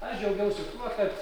aš džiaugiausi tuo kad